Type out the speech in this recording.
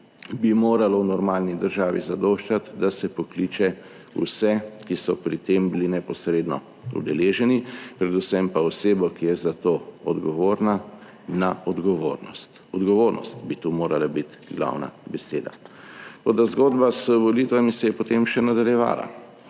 bi moralo v normalni državi zadoščati, da se pokliče vse, ki so pri tem bili neposredno udeleženi, predvsem pa osebo, ki je za to odgovorna, na odgovornost. Odgovornost bi tu morala biti glavna beseda. Toda zgodba z volitvami se je, potem še nadaljevala.